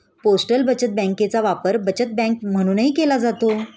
postal बचत बँकेचा वापर बचत बँक म्हणूनही केला जातो